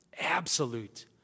Absolute